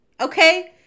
Okay